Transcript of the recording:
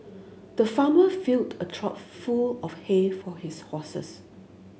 the farmer filled a trough full of hay for his horses